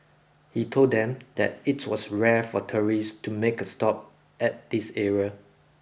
he told them that it was rare for tourists to make a stop at this area